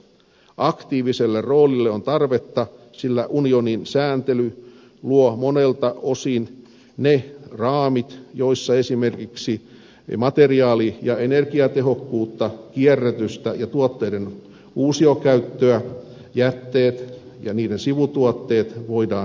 aktiiviselle roolille on tarvetta sillä unionin sääntely luo monelta osin ne raamit joissa esimerkiksi materiaali ja energiatehokkuutta kierrätystä ja tuotteiden uusiokäyttöä jätteet ja niiden sivutuotteet voidaan tehostaa